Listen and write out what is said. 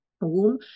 womb